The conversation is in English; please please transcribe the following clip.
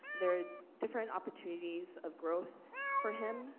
there were different opportunities of growth for him.